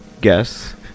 guess